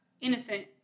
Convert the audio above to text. innocent